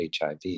HIV